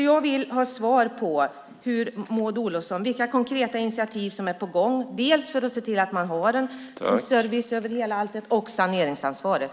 Jag vill ha svar från Maud Olofsson om vilka konkreta initiativ som är på gång, dels för att se till att man har service över hela alltet, dels för saneringsansvaret.